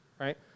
right